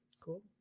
cool